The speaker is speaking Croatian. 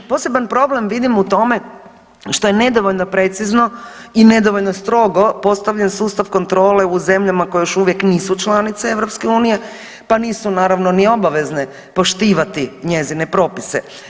Poseban problem vidim u tome što je nedovoljno precizno i nedovoljno strogo postavljen sustav kontrole u zemljama koje još uvijek nisu članice EU, pa nisu naravno ni obavezne poštivati njezine propise.